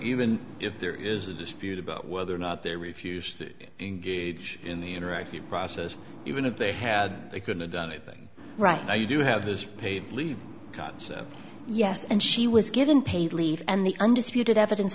even if there is a dispute about whether or not they refused to engage in the interactive process even if they had they could've done anything right now you do have this paid leave concept yes and she was given paid leave and the undisputed evidence